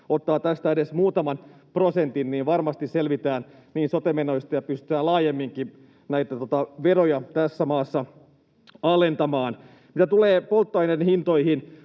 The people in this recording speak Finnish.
ottaa tästä edes muutaman prosentin, niin varmasti selvitään sote-menoista ja pystytään laajemminkin veroja tässä maassa alentamaan. Mitä tulee polttoaineiden hintoihin,